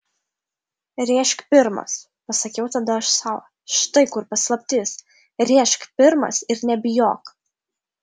rėžk pirmas pasakiau tada aš sau štai kur paslaptis rėžk pirmas ir nebijok